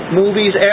movies